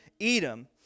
Edom